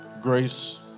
Grace